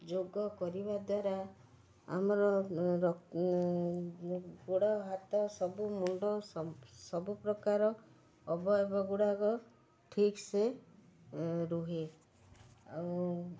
ଯୋଗ କରିବା ଦ୍ୱାରା ଆମର ଗୋଡ଼ ହାତ ସବୁ ମୁଣ୍ଡ ସବୁ ପ୍ରକାର ଅବୟବ ଗୁଡ଼ାକ ଠିକ୍ ସେ ରୁହେ ଆଉ